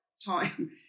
time